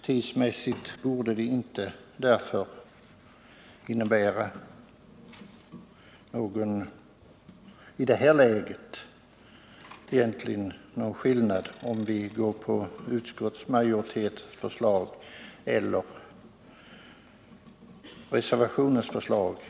Tidsmässigt — när förslag skall föreläggas riksdagen — borde det därför inte i det här läget innebära någon skillnad om vi bifaller utskottsmajoritetens förslag eller reservationens.